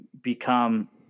become